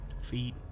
feet